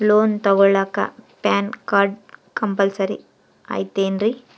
Loan ತೊಗೊಳ್ಳಾಕ PAN card compulsory ಐಯ್ತೇನ್ರಿ?